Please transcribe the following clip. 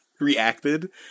reacted